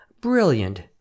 brilliant